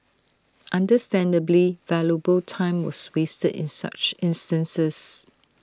understandably valuable time was wasted in such instances